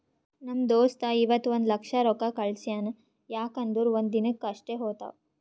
ನಮ್ ದೋಸ್ತ ಇವತ್ ಒಂದ್ ಲಕ್ಷ ರೊಕ್ಕಾ ಕಳ್ಸ್ಯಾನ್ ಯಾಕ್ ಅಂದುರ್ ಒಂದ್ ದಿನಕ್ ಅಷ್ಟೇ ಹೋತಾವ್